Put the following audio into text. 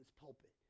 pulpit